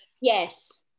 Yes